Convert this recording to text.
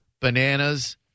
bananas